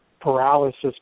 paralysis